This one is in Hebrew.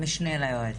המשנה ליועץ.